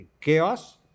chaos